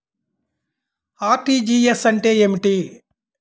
RTGS అంటే ఏమిటి?